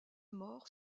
morts